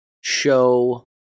show